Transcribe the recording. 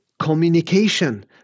communication